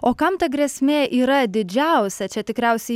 o kam ta grėsmė yra didžiausia čia tikriausiai